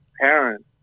parents